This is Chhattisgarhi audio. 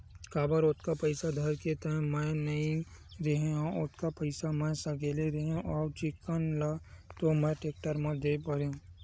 काबर ओतका पइसा धर के तो मैय गे नइ रेहे हव जतका पइसा मै सकले रेहे हव चिक्कन ल तो मैय टेक्टर म दे परेंव